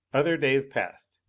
other days passed.